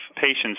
patients